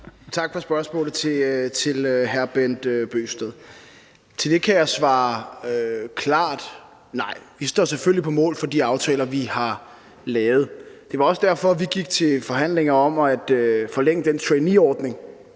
for spørgsmålet. Til det kan jeg svare klart nej. Vi står selvfølgelig på mål for de aftaler, vi har lavet. Det var også derfor, vi gik til forhandlinger om at forlænge den traineeordning,